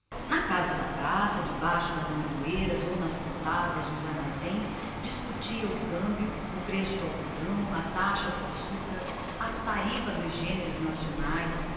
na casa da praça debaixo das amendoeiras nas portadas dos armazéns entre pilhas de caixões de cebolas e batatas portuguesas discutiam se o câmbio o preço do algodão a taxa do açúcar a tarifa dos gêneros nacionais